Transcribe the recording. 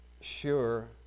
sure